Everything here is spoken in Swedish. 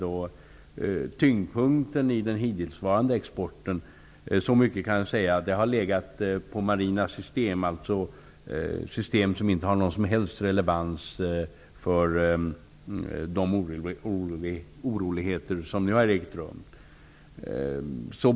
Jag kan säga så mycket att tyngdpunkten i den hittillsvarande exporten har legat på marina system, dvs. system som inte har någon som helst relevans för de oroligheter som nu har ägt rum.